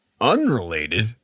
unrelated